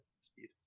speed